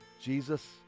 Jesus